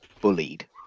bullied